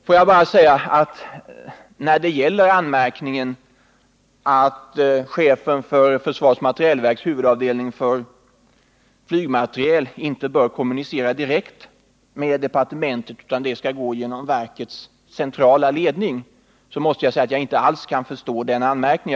Får jag sedan beträffande anmärkningen att chefen för försvarets materielverks huvudavdelning för flygmateriel inte bör kommunicera direkt med departementet utan via verkets centrala ledning säga att jag inte alls kan förstå den anmärkningen.